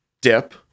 dip